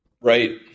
Right